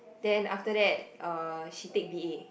then after that uh she take b_a